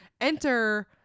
Enter